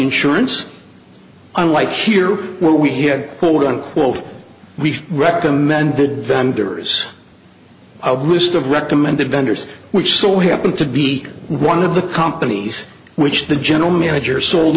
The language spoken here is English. insurance unlike here where we had all gone quote we recommend the vendors a list of recommended vendors which so happened to be one of the companies which the general manager sold